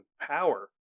power